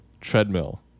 Treadmill